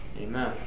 Amen